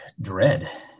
dread